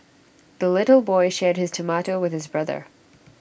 the little boy shared his tomato with his brother